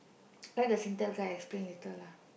let the Singtel there explain later lah